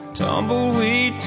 tumbleweed